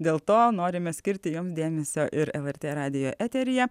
dėl to norime skirti jom dėmesio ir lrt radijo eteryje